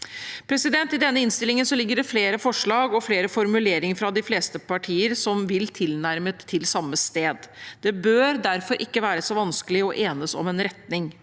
mulig. I denne innstillingen ligger det flere forslag og flere formuleringer fra de fleste partier som vil tilnærmet til samme sted. Det bør derfor ikke være så vanskelig å enes om en retning.